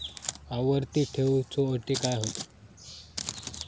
आवर्ती ठेव च्यो अटी काय हत?